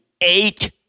eight